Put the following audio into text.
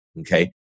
okay